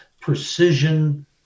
precision